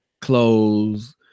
clothes